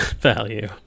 value